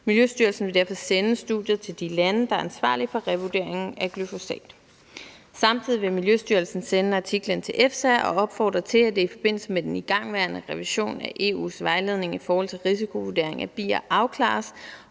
Miljøstyrelsen vil derfor sende studiet til de lande, der er ansvarlige for revurderingen af glyfosat. Samtidig vil Miljøstyrelsen sende artiklen til EFSA og opfordre til, at det i forbindelse med den igangværende revision af EU's vejledning i forhold til risikovurdering af bier afklares,